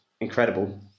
incredible